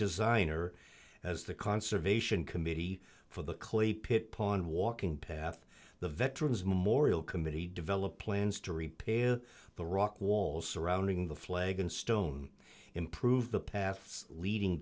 designer as the conservation committee for the clay pit pond walking path the veterans memorial committee develop plans to repair the rock walls surrounding the flag and stone improve the paths leading